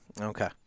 Okay